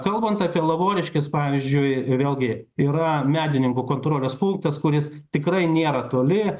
kalbant apie lavoriškes pavyzdžiui vėlgi yra medininkų kontrolės punktas kuris tikrai nėra toli